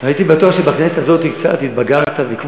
הייתי בטוח שבכנסת הזאת קצת התבגרת וקצת שינית,